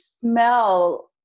smell